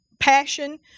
Passion